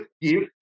give